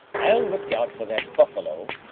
i'll look out for that buffalo,